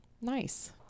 nice